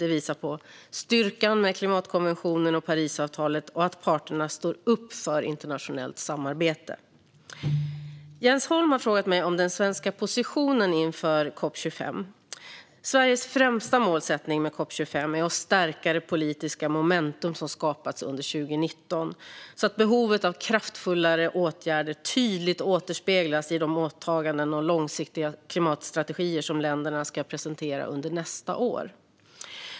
Det visar på styrkan med klimatkonventionen och Parisavtalet och att parterna står upp för internationellt samarbete. Jens Holm har frågat mig om den svenska positionen inför COP 25. Sveriges främsta målsättning med COP 25 är att stärka det politiska momentum som skapats under 2019 så att behovet av kraftfullare åtgärder tydligt återspeglas i de åtaganden och långsiktiga klimatstrategier som länderna ska presentera under nästa år.